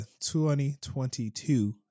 2022